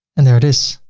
and there it is.